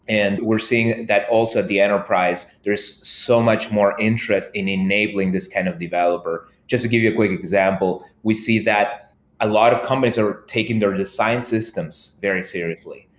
and we're seeing that also the enterprise, there's so much more interest in enabling this kind of developer. just to give you a quick example, we see that a lot of companies are taking their design systems very seriously.